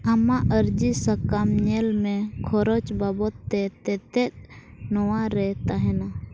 ᱟᱢᱟᱜ ᱟᱨᱡᱤ ᱥᱟᱠᱟᱢ ᱧᱮᱞᱢᱮ ᱠᱷᱚᱨᱚᱪ ᱵᱟᱵᱚᱫᱼᱛᱮ ᱛᱮᱛᱮᱫ ᱱᱚᱣᱟᱨᱮ ᱛᱟᱦᱮᱱᱟ